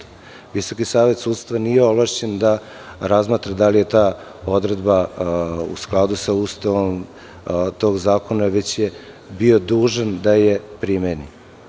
Visoki savet sudstva nije ovlašćen da razmatra da li je ta odredba u skladu sa Ustavom tog zakona, već je bio dužan da je primeni.